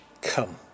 come